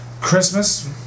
Christmas